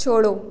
छोड़ो